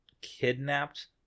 kidnapped